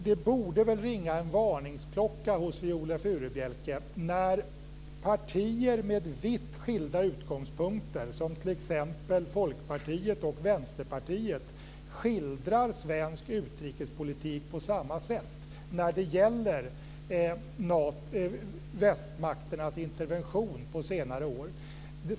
Det borde väl ringa en varningsklocka hos Viola Furubjelke när partier med vitt skilda utgångspunkter, som t.ex. Folkpartiet och Vänsterpartiet, skildrar svensk utrikespolitik på samma sätt när det gäller västmakternas intervention på senare år.